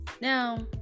Now